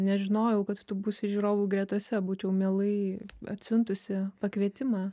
nežinojau kad tu būsi žiūrovų gretose būčiau mielai atsiuntusi pakvietimą